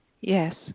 Yes